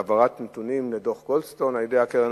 העברת נתונים לדוח-גולדסטון על-ידי הקרן